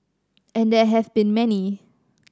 and there have been many